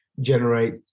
generate